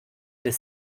des